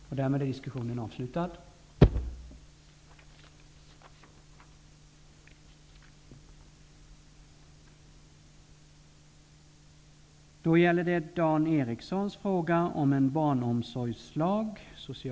Socialministern har nyligen i kammaren meddelat att en barnomsorgslag avses att presenteras under våren. Eftersom kanske 50 000 barn lär stå i kö till kommunal barnomsorg torde en barnomsorgslag medföra ansenliga kostnader för kommunerna.